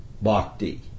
bhakti